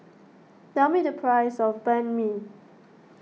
tell me the price of Banh Mi